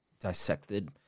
dissected